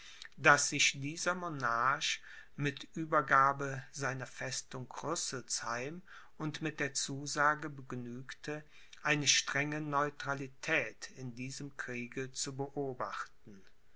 daß sich dieser monarch mit uebergabe seiner festung rüsselsheim und mit der zusage begnügte eine strenge neutralität in diesem kriege zu beobachten